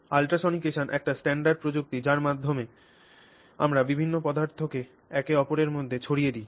ultrasonication একটি standard প্রযুক্তি যার মাধ্যমে আমরা বিভিন্ন পদার্থকে একে অপরের মধ্যে ছড়িয়ে দিই